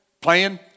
playing